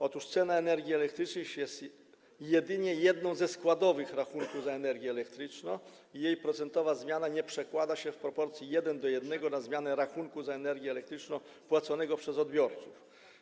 Otóż cena energii elektrycznej jest jedynie jedną ze składowych rachunku za energię elektryczną i jej procentowa zmiana nie przekłada się w proporcji 1:1 na zmianę rachunku za energię elektryczną płaconego przez odbiorców.